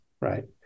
right